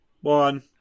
one